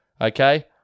Okay